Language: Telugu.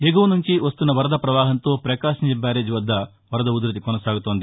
ఎగువనుంచి వస్తున్న వరద పవాహంతో పకాశం బ్యారేజ్ వద్ద వరద ఉధ్భతి కొససాగుతోంది